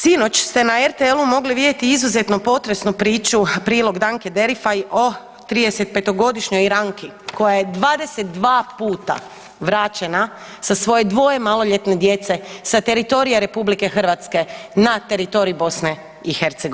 Sinoć ste na RTL-u mogli vidjeti izuzetno potresnu priču, prilog Dane Derifaj o 35-to godišnjoj Iranki koja je 22 puta vraćena sa svoje dvoje maloljetne djece sa teritorija RH na teritorij BiH.